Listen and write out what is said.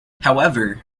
however